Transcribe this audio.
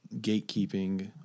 gatekeeping